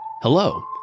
Hello